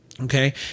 Okay